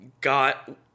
got